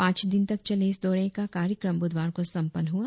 पाच दिन तक चले इस दौरे का कार्यक्रम बुधवार को सम्पन्न हुआ